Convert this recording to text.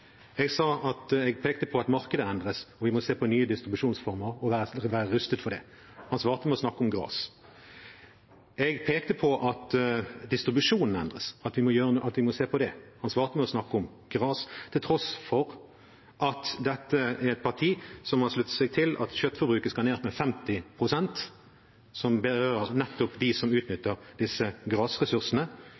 Jeg pekte på at markedet endres, og at vi må se på nye distribusjonsformer og være rustet for det. Han svarte med å snakke om gras. Jeg pekte på at distribusjonen endres, at vi må se på det. Han svarte med å snakke om gras, til tross for at dette er et parti som har sluttet seg til at kjøttforbruket skal ned med 50 pst., noe som berører nettopp dem som utnytter disse grasressursene,